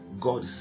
God